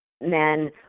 men